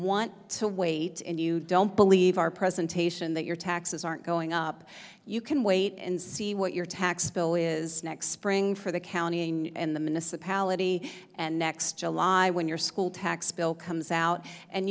want to wait and you don't believe our presentation that your taxes aren't going up you can wait and see what your tax bill is next spring for the county and the minister palette and next july when your school tax bill comes out and